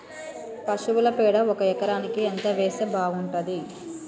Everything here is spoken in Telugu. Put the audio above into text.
పశువుల పేడ ఒక ఎకరానికి ఎంత వేస్తే బాగుంటది?